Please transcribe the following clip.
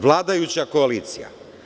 Vladajuća koalicija.